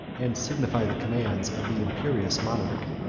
and signify the commands, of the imperious monarch.